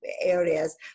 areas